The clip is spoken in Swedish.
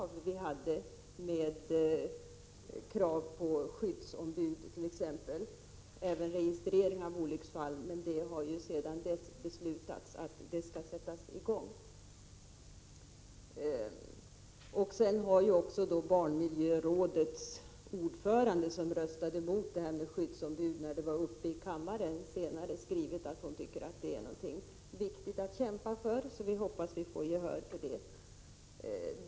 Vi hade t.ex. krav på skyddsombud och även registrering av olycksfall. Sedan dess har beslutats att en sådan skall sättas i gång. Vidare har också barnmiljörådets ordförande, som röstade emot införande av skyddsombud när det var uppe i kammaren, senare skrivit att hon tycker att denna fråga är viktig att kämpa för. Vi hoppas att vi får gehör för det.